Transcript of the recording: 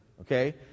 okay